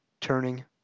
turning